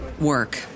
work